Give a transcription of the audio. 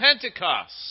Pentecost